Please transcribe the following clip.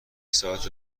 ساعت